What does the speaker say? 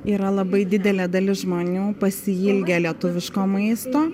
yra labai didelė dalis žmonių pasiilgę lietuviško maisto